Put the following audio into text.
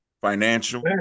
financial